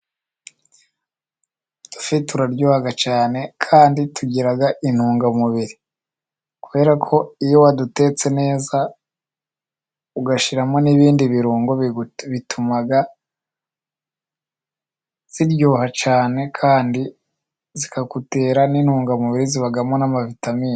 Udufi turaryoha cyane kandi tugira intungamubiri kubera ko iyo wadutetse neza, ugashyiramo n'ibindi birungo, bituma ziryoha cyane kandi zikagutera n'intungamubiri zibamo n'amavitamine.